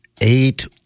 Eight